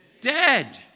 dead